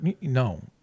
no